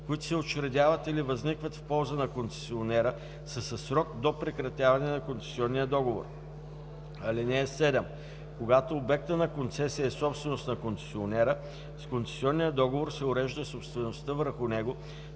които се учредяват или възникват в полза на концесионера, са със срок до прекратяване на концесионния договор. (7) Когато обектът на концесия е собственост на концесионера, с концесионния договор се урежда собствеността върху него